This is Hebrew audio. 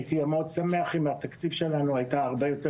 הייתי מאוד שמח אם התקציב שלנו היה הרבה יותר